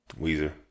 Weezer